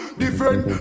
different